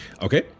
Okay